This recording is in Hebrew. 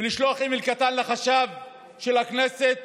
מלשלוח אימייל קטן לחשב של הכנסת